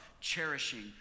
cherishing